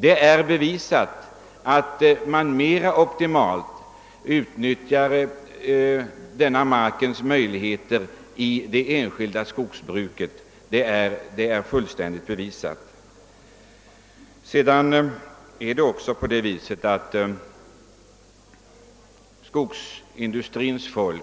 Det är fullt bevisat att markens möjligheter inom det enskilda skogsbruket utnyttjas mer optimalt. Man har från skogsindustrin dessutom uttalat